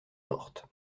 morte